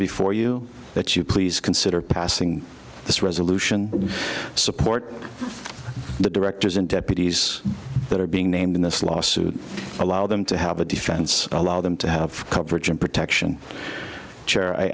before you that you please consider passing this resolution support the directors and deputies that are being named in this lawsuit allow them to have a defense allow them to have coverage and protection